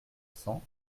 cents